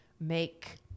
make